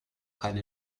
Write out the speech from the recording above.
keine